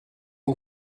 une